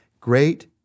Great